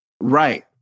Right